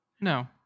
No